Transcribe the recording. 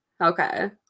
Okay